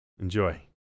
Enjoy